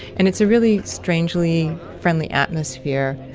and it's a really strangely friendly atmosphere.